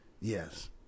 Yes